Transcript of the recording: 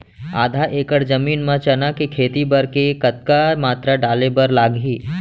आधा एकड़ जमीन मा चना के खेती बर के कतका मात्रा डाले बर लागही?